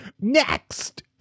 Next